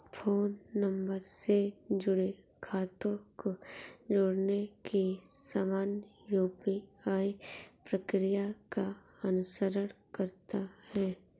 phone number से जुड़े खातों को जोड़ने की सामान्य यू.पी.आई प्रक्रिया का अनुसरण करता है